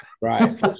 Right